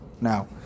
now